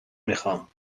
میخوام